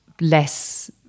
less